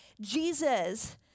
Jesus